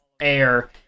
air